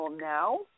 now